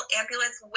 ambulance